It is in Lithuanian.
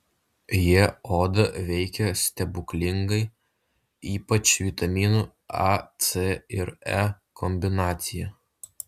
jie odą veikia stebuklingai ypač vitaminų a c ir e kombinacija